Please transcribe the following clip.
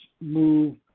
move